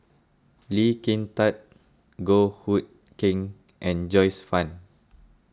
Lee Kin Tat Goh Hood Keng and Joyce Fan